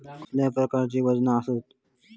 कसल्या प्रकारची वजना आसतत?